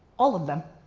all of them.